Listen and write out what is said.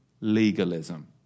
legalism